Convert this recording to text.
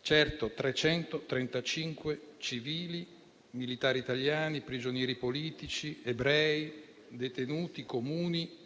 Certo, 335 persone tra civili, militari italiani, prigionieri politici, ebrei, detenuti comuni